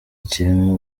kirimo